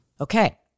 Okay